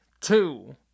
Two